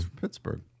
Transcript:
Pittsburgh